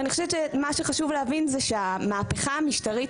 ואני חושבת שמה שחשוב להבין זה שמהפכה המשטרית